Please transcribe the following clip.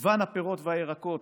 מגוון הפירות והירקות